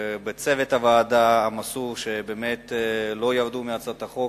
לצוות הוועדה המסור שלא ירד מהצעת החוק